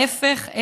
ההפך,